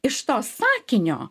iš to sakinio